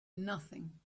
nothing